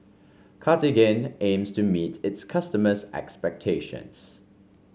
Cartigain aims to meet its customers' expectations